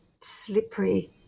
slippery